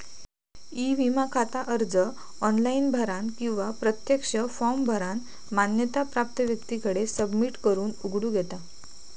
E विमा खाता अर्ज ऑनलाइन भरानं किंवा प्रत्यक्ष फॉर्म भरानं मान्यता प्राप्त व्यक्तीकडे सबमिट करून उघडूक येता